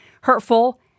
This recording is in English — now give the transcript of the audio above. hurtful